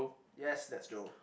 yes that's Joe